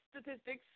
statistics